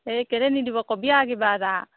এই কেলৈ নিদিব কবি আৰু কিবা এটা